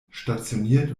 stationiert